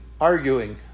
arguing